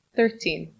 Thirteen